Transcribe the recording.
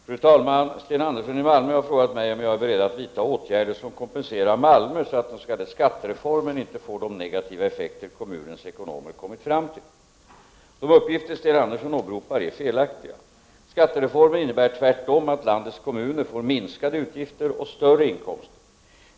Fru talman! Sten Andersson i Malmö har frågat mig om jag är beredd att vidta åtgärder som kompenserar Malmö så att den s.k. skattereformen inte får de negativa effekter kommunens ekonomer kommit fram till. De uppgifter Sten Andersson åberopar är felaktiga. Skattereformen innebär tvärtom att landets kommuner får minskade utgifter och större inkomster.